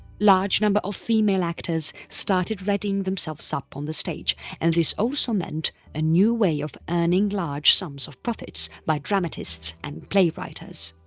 large number of female actors started readying themselves up on the stage, and this also meant a new way of earning large sums of profits by dramatists and play writers.